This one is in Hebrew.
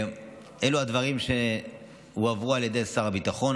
אלו הדברים שהועברו על ידי שר הביטחון,